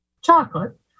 chocolate